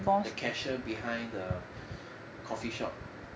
the cashier behind the coffee shop